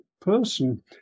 person